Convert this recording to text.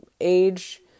age